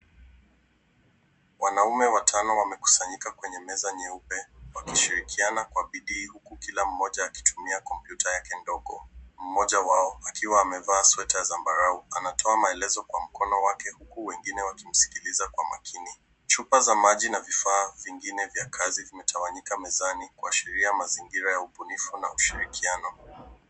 Wanaume watano wamekusanyika kwenye meza nyeupe wakishirikiana kwa bidii huku kila mmoja akitumia kompyuta yake ndogo. Mmoja wao akiwa amevaa sweta ya zambarau anatoa maelezo kwa mkono wake huku wengine wakimsikiliza kwa makini. Chupa za maji na vifaa vingine vya kazi vimetawanyika mezani kuashria mazingira ya ubunifu na ushirikiano.